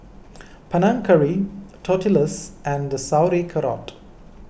Panang Curry Tortillas and Sauerkraut